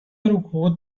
ركوب